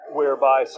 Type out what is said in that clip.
whereby